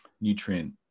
nutrient